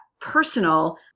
personal